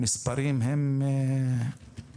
המספרים הם זוועתיים.